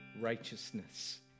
righteousness